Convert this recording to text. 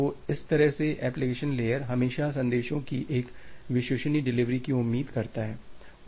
तो इस तरह से एप्लिकेशन लेयर हमेशा संदेशों की एक विश्वसनीय डिलीवरी की उम्मीद करता है